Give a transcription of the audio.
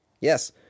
yes